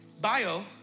bio